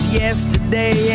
yesterday